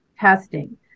testing